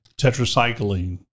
tetracycline